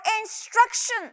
instruction